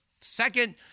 Second